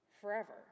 forever